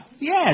Yes